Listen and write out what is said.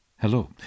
Hello